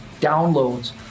downloads